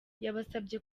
yabasabye